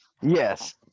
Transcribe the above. Yes